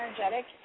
energetic